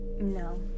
No